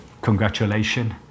congratulations